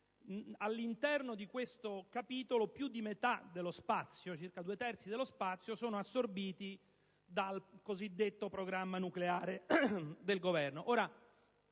all'interno di questo capitolo più di metà dello spazio è assorbito dal cosiddetto programma nucleare del Governo.